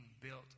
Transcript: built